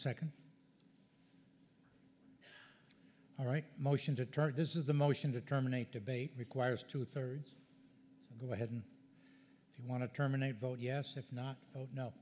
second all right motion to target this is the motion to terminate debate requires two thirds go ahead and if you want to terminate vote yes if not oh no